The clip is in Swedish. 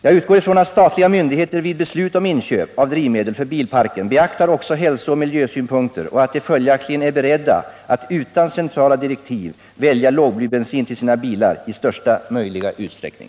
Jag utgår från att statliga myndigheter vid beslut om inköp av drivmedel för bilparken beaktar också hälsooch miljösynpunkter och att de följaktligen är beredda att utan centrala direktiv välja lågblybensin till sina bilar i största möjliga utsträckning.